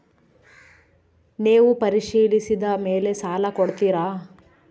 ನೇವು ಪರಿಶೇಲಿಸಿದ ಮೇಲೆ ಸಾಲ ಕೊಡ್ತೇರಾ?